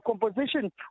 composition